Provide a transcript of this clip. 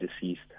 deceased